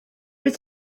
wyt